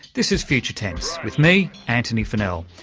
this is future tense with me, antony funnell.